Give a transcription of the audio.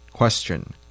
Question